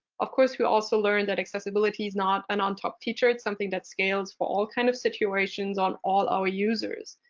of course, we also learned that accessibility is not an on top teacher. it's something that scales for all kind of situations on all our users.